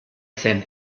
zen